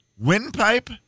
Windpipe